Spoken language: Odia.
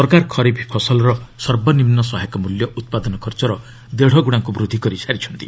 ସରକାର ଖରିଫ୍ ଫସଲର ସର୍ବନିମ୍ନ ସହାୟକ ମୂଲ୍ୟ ଉତ୍ପାଦନ ଖର୍ଚ୍ଚର ଦେଢ଼ଗୁଣାକୁ ବୃଦ୍ଧି କରିସାରିଛନ୍ତି